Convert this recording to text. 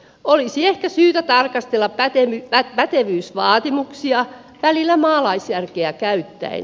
olisi ehkä syytä tarkastella pätevyysvaatimuksia välillä maalaisjärkeä käyttäen